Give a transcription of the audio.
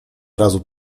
razu